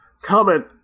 comment